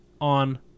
on